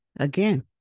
Again